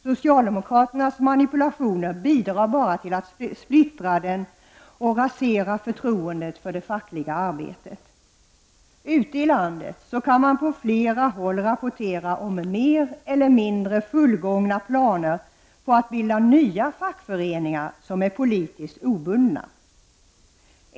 Socialdemokraternas manipulationer bidrar bara till att splittra det och rasera förtroendet för det fackliga arbetet. Ute i landet kan man på flera håll rapportera om mer eller mindre fullgångna planer på att bilda nya fackföreningar som är politiskt obundna.